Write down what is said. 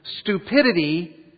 Stupidity